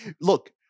Look